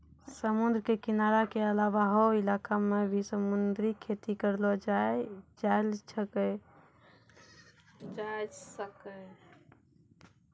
समुद्र के किनारा के अलावा हौ इलाक मॅ भी समुद्री खेती करलो जाय ल सकै छै जहाँ खारा पानी छै